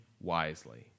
wisely